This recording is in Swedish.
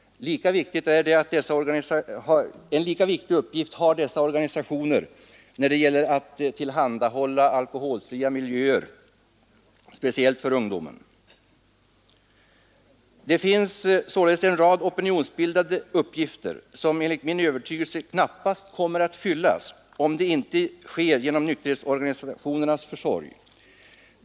En lika viktig uppgift har dessa organisationer när det gäller att tillhandahålla alkoholfria miljöer, speciellt för ungdomen. Det finns således en rad opinionsbildande uppgifter, som enligt min övertygelse knappast kommer att fyllas, om det inte sker genom nykterhetsorganisationernas försorg.